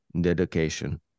dedication